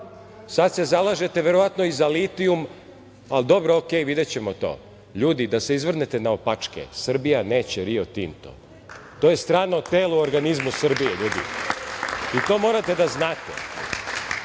Sada se zalažete verovatno i za litijum, ali dobro, ok, videćemo to. Ljudi, da se izvrnete naopačke, Srbija neće Rio Tinto. To je strano telo u organizmu Srbije, ljudi, i to morate da znate. Ako